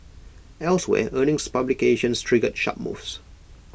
elsewhere earnings publications triggered sharp moves